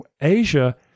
Asia